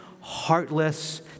heartless